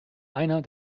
einer